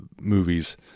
movies